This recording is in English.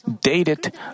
dated